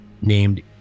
named